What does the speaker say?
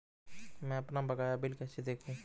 मैं अपना बकाया बिल कैसे देखूं?